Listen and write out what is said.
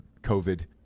COVID